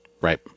Right